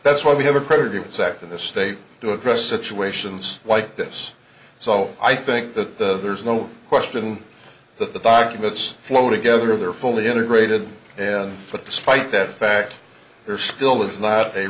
that's why we have a previous act in this state to address situations like this so i think that there's no question that the documents flow together they're fully integrated and for spite that fact there still is not a